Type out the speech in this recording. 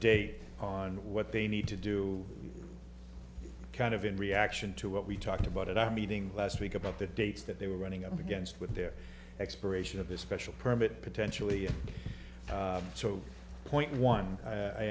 date on what they need to do kind of in reaction to what we talked about it i'm meeting last week about the dates that they were running up against with their expiration of a special permit potentially so point one i